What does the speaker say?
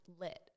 lit